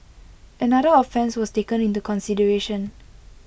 another offence was taken into consideration